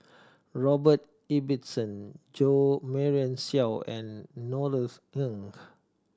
Robert Ibbetson Jo Marion Seow and Norothy Ng